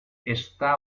está